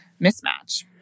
mismatch